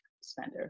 spender